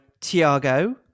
Tiago